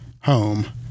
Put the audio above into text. Home